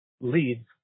leads